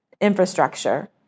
infrastructure